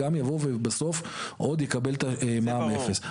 גם יבוא ובסוף עוד יקבל את המע"מ אפס.